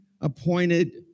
appointed